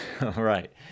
right